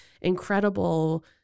incredible